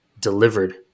delivered